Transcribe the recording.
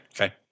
Okay